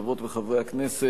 חברות וחברי הכנסת,